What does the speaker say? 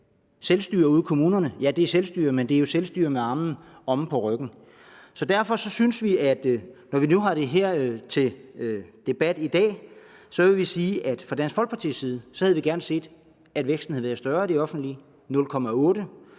selvstyre ude i kommunerne. Ja, det er selvstyre, men det er jo selvstyre med armene omme på ryggen. Derfor synes vi, at når vi nu har det her til debat i dag, vil vi sige, at fra Dansk Folkepartis side havde vi gerne set, at væksten havde været større i det offentlige, 0,8